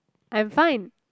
I'm fine